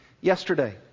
yesterday